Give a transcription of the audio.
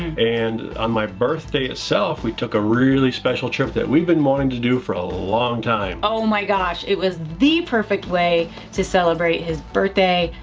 and on my birthday itself, we took a really special trip that we've been wanting to do for a long time. oh my gosh. it was the perfect way to celebrate his birthday.